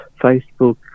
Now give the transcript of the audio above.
Facebook